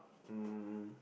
um